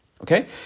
okay